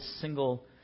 single